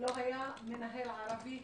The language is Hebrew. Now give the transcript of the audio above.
לא היה מנהל ערבי